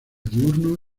diurno